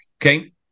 okay